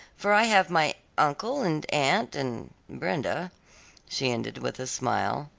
for i have my uncle and aunt and brenda she ended with a smile.